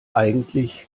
eigentlich